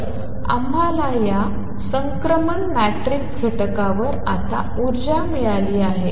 तर आम्हाला या संक्रमण मॅट्रिक्स घटकावर आता ऊर्जा मिळाली आहे